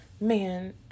Man